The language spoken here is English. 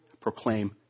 proclaim